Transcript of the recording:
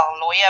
lawyer